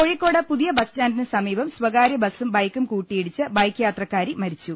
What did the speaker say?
കോഴിക്കോട് പുതിയ ബസ് സ്റ്റാന്റിന് സമീപം സ്വകാര്യ ബസും ബൈക്കും കൂട്ടിയിടിച്ച് ബൈക്ക് യാത്രക്കാരി മരിച്ചു